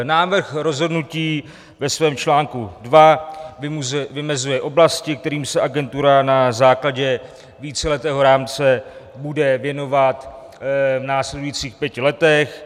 Návrh rozhodnutí ve svém článku 2 vymezuje oblasti, kterým se agentura na základě víceletého rámce bude věnovat v následujících pěti letech.